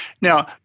Now